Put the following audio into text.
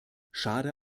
schade